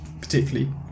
particularly